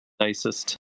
nicest